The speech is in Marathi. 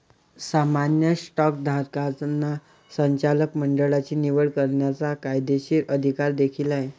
सामान्य स्टॉकधारकांना संचालक मंडळाची निवड करण्याचा कायदेशीर अधिकार देखील आहे